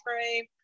frame